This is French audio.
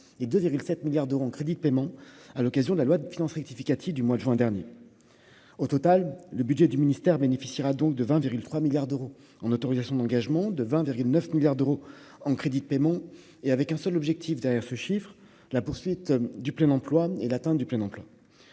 et 2007 milliards d'euros en crédits de paiement à l'occasion de la loi de finances rectificative du mois de juin dernier, au total, le budget du ministère bénéficiera donc de 20 viril 3 milliards d'euros en autorisations d'engagement de 20 virgule 9 milliards d'euros en crédits de paiement et avec un seul objectif : derrière ce chiffre, la poursuite du plein emploi et l'atteinte du plein emploi,